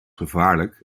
gevaarlijk